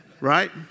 right